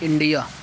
India